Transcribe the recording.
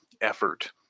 effort